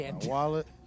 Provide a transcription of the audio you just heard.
wallet